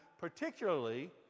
particularly